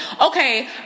Okay